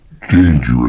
dangerous